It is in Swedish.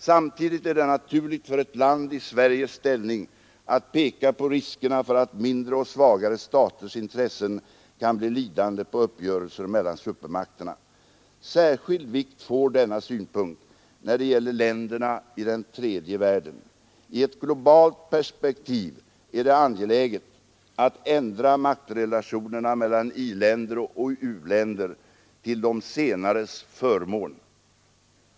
Samtidigt är det naturligt för ett land i Sveriges ställning att peka på riskerna för att mindre och svagare staters intressen kan bli lidande på uppgörelser mellan supermakterna. Särskild vikt får denna synpunkt, när det gäller länderna i den tredje världen. I ett globalt perspektiv är det angeläget att ändra maktrelationerna mellan i-länder och u-länder till de senares förmån.